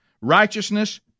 righteousness